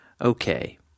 Okay